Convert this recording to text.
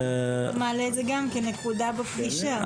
נעלה את זה גם כנקודה בפגישה.